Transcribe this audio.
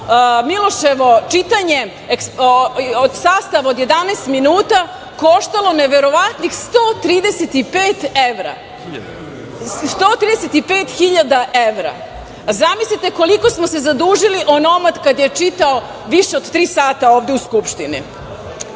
Miloševo čitanje, sastav od 11 minuta, koštalo neverovatnih 135.000 evra. Zamislite koliko smo se zadužili onomad kada je čitao više od tri sada ovde u Skupštini. Kao